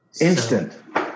Instant